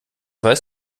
weiß